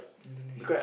Indonesia